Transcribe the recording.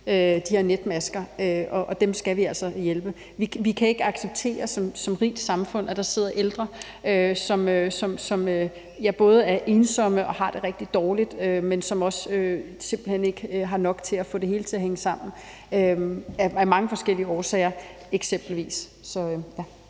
de her netmasker; dem skal vi altså hjælpe. Vi kan ikke som et rigt samfund acceptere, at der sidder ældre, som både er ensomme og har det rigtig dårligt, men som simpelt hen heller ikke har nok til at få det hele til at hænge sammen – af mange forskellige årsager. Kl.